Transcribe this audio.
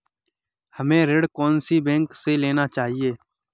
हमें ऋण कौन सी बैंक से लेना चाहिए?